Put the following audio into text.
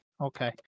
Okay